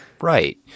right